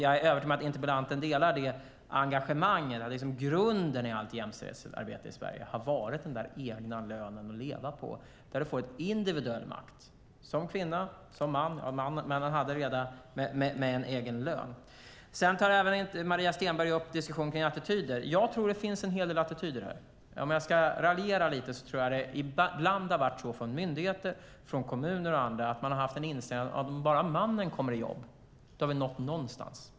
Jag är övertygad om att interpellanten delar engagemanget och att grunden för allt jämställdhetsarbete i Sverige har varit den egna lönen att leva på som ger kvinnor och män individuell makt. Maria Stenberg tar upp frågan om attityder. Det finns en hel del attityder. Ska jag raljera lite tror jag att myndigheter, kommuner och andra ibland har haft inställningen att om bara mannen kommer i jobb har vi nått någonstans.